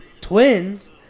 Twins